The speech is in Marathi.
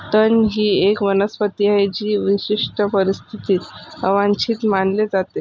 तण ही एक वनस्पती आहे जी विशिष्ट परिस्थितीत अवांछित मानली जाते